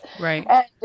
Right